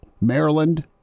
Maryland